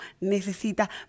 necesita